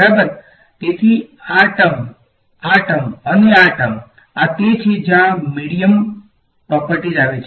બરાબર તેથી આ ટર્મ આ ટર્મ અને આ ટર્મ આ તે છે જ્યાં મીડીયમ પ્રોપર્ટીઝ આવે છે